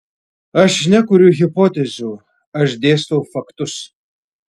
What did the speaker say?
aš nekuriu hipotezių aš dėstau faktus